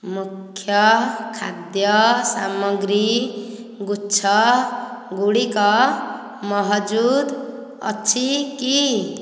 ମୁଖ୍ୟ ଖାଦ୍ୟ ସାମଗ୍ରୀ ଗୁଚ୍ଛ ଗୁଡ଼ିକ ମହଜୁଦ ଅଛି କି